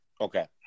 Okay